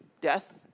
death